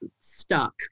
stuck